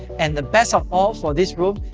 and the best of all for this room,